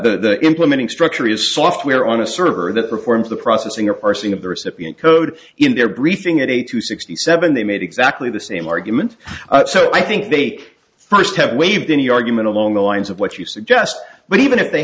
the implementing structure is software on a server that performs the processing or parsing of the recipient code in their briefing at eight hundred sixty seven they made exactly the same argument so i think they first have waived any argument along the lines of what you suggest but even if they